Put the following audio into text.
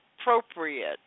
appropriate